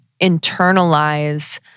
internalize